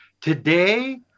Today